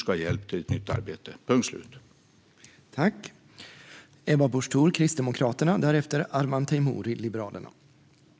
Man ska ha hjälp till ett nytt arbete, punkt slut.